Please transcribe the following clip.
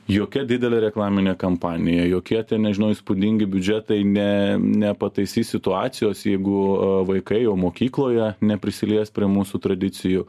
jokia didelė reklaminė kampanija jokie ten nežinau įspūdingi biudžetai ne nepataisys situacijos jeigu vaikai jau mokykloje neprisilies prie mūsų tradicijų